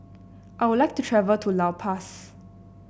I would like to travel to La Paz